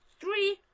three